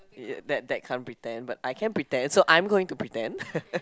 that that can't pretend but I can pretend so I'm going to pretend